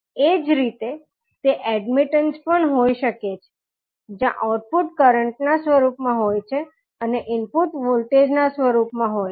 એ જ રીતે તે અડ્મિટંસ પણ હોઈ શકે છે જ્યાં આઉટપુટ કરંટ ના સ્વરૂપમાં હોય છે અને ઇનપુટ વોલ્ટેજના સ્વરૂપમાં હોય છે